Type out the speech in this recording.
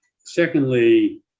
Secondly